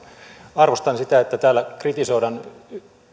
arvostan sitä että täällä kritisoidaan